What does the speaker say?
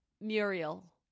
Muriel